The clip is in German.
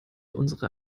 unsere